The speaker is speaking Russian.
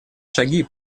шаги